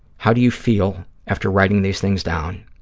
how do you feel after writing these things down?